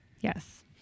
Yes